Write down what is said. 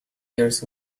years